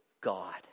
God